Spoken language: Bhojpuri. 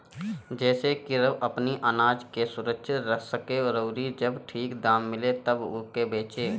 जेसे की उ अपनी आनाज के सुरक्षित रख सके अउरी जब ठीक दाम मिले तब ओके बेचे